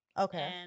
okay